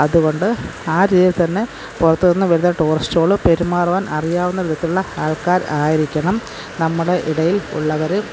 അതുകൊണ്ട് ആ രീതിയിൽ തന്നെ പുറത്ത് നിന്ന് വരുന്ന ടുറിസ്റ്റുകൾ പെരുമാറുവാൻ അറിയാവുന്ന വിധത്തിലുള്ള ആള്ക്കാര് ആയിരിക്കണം നമ്മുടെ ഇടയില് ഉള്ളവർ